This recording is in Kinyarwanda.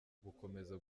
gukomeza